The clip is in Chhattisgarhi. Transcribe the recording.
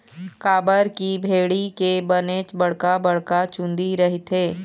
काबर की भेड़ी के बनेच बड़का बड़का चुंदी रहिथे